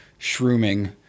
shrooming